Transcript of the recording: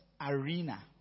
arena